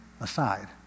aside